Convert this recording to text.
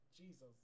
Jesus